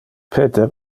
peter